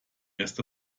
erste